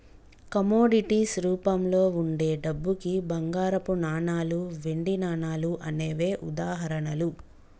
commodities రూపంలో వుండే డబ్బుకి బంగారపు నాణాలు, వెండి నాణాలు అనేవే ఉదాహరణలు